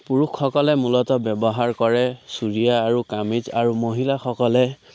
পুৰুষসকলে মূলতঃ ব্যৱহাৰ কৰে চুৰিয়া আৰু কামিজ আৰু মহিলাসকলে